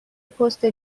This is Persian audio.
پست